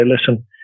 listen